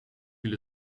viel